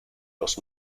los